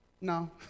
No